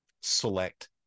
select